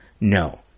No